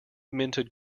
minted